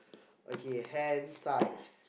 okay hen fight